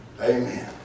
Amen